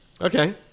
okay